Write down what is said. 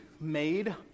made